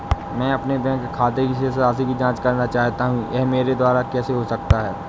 मैं अपने बैंक खाते की शेष राशि की जाँच करना चाहता हूँ यह मेरे द्वारा कैसे हो सकता है?